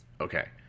Okay